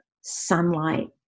sunlight